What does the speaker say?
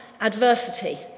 adversity